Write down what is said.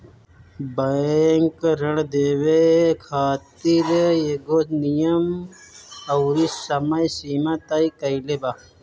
bank ऋण देवे खातिर एगो नियम अउरी समय सीमा तय कईले बा